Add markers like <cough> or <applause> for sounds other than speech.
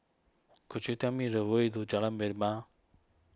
could you tell me the way to Jalan <unintelligible>